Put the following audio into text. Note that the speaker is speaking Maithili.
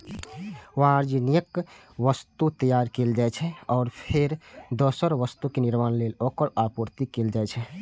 वाणिज्यिक वस्तु तैयार कैल जाइ छै, आ फेर दोसर वस्तुक निर्माण लेल ओकर आपूर्ति कैल जाइ छै